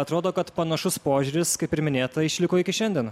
atrodo kad panašus požiūris kaip ir minėta išliko iki šiandien